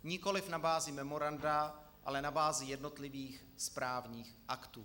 Nikoli na bázi memoranda, ale na bázi jednotlivých správních aktů.